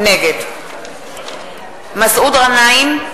נגד מסעוד גנאים,